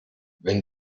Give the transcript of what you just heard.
wenn